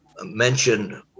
mention